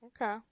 Okay